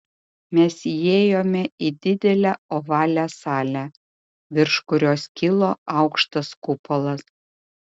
mes įėjome į didelę ovalią salę virš kurios kilo aukštas kupolas